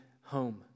home